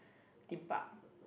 theme park